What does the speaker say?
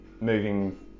moving